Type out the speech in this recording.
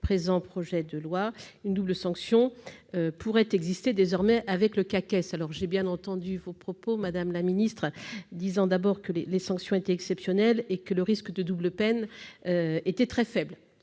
présent projet de loi, une double sanction pourrait désormais exister avec le CAQES. J'ai bien entendu vos propos, madame la ministre. Vous nous avez expliqué que les sanctions étaient exceptionnelles et que le risque de double peine était très faible,